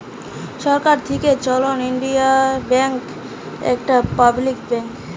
সরকার থিকে চালানো Indian bank একটা পাবলিক ব্যাঙ্ক